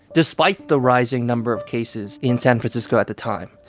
despite the rising number of cases in san francisco at the time,